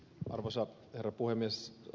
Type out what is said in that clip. arvoisa herra puhemies